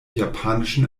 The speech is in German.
japanischen